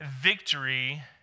victory